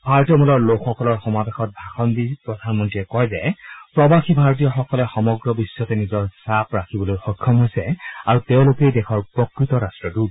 ভাৰতীয় মূলৰ লোকসকলৰ সমাৱেশত ভাষণ দি প্ৰধানমন্ত্ৰীয়ে কয় যে প্ৰবাসী ভাৰতীয়সকলে সমগ্ৰ বিশ্বতে নিজৰ ছাপ ৰাখিবলৈ সক্ষম হৈছে আৰু তেওঁলোকেই দেশৰ প্ৰকৃত ৰাষ্ট্ৰদূত